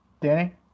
Danny